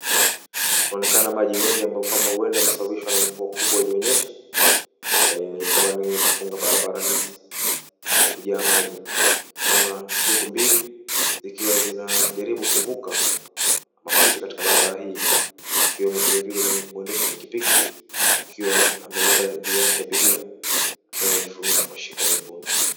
Inaonekana maji mengi ambayo kwamba huenda yamesababishwa na mvua kubwa iliyonyesha ,eeh ikawa ni kufunga barabara hizi kwa kujaa maji ,naona tuktuk zikiwa zinajaribu kuvuka ama kupita katika barabara hii, akiwemo mwenye kuendesha pikipiki akiwa amebeba abiria ambaye amefunga shuka nyekundu.